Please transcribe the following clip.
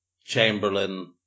Chamberlain